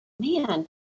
man